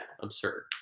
absurd